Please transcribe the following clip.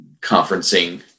conferencing